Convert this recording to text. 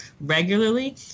regularly